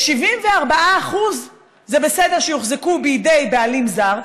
ש-74% זה בסדר שיוחזקו בידי בעלים זר,